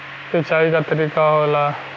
सिंचाई क तरीका होला